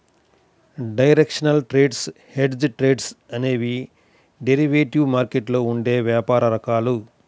directional trades, hedged trades అనేవి derivative మార్కెట్లో ఉండే వ్యాపార రకాలు